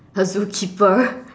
a zookeeper